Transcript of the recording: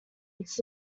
its